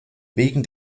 wegen